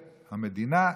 המדינה,